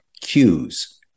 cues